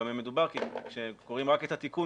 במה מדובר כי כקוראים רק את התיקון,